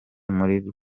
muri